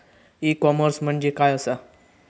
E commerce म्हणजे काय असा?